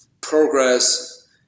progress